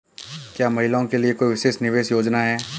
क्या महिलाओं के लिए कोई विशेष निवेश योजना है?